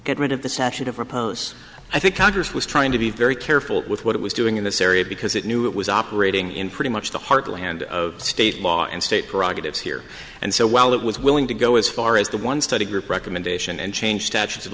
get rid of the section of repose i think congress was trying to be very careful with what it was doing in this area because it knew it was operating in pretty much the heartland of state law and state derogative here and so while it was willing to go as far as the one study group recommendation and change ta